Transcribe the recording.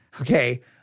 okay